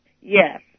Yes